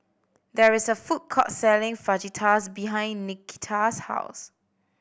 there is a food court selling Fajitas behind Nikita's house